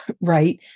right